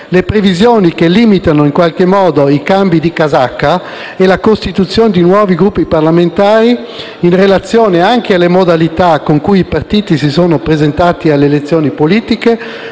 Le previsioni che limitano i cambi di casacca e la costituzione di nuovi Gruppi parlamentari, in relazione anche alle modalità con cui i partiti si sono presentati alle elezioni politiche,